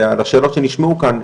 לשאלות שנשמעו כאן,